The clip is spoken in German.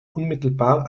unmittelbar